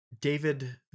David